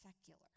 secular